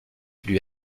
lui